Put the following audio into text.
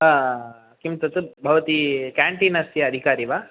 हा किं तत् भवती क्याटीनस्य अधिकारिणी वा